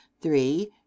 three